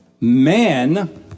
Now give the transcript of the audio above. man